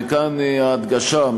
וכאן ההדגשה,